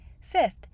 Fifth